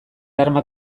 arma